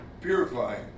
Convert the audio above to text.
purifying